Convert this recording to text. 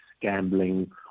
gambling